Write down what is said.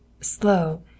slow